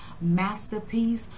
masterpiece